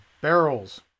Barrels